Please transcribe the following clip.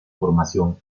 formación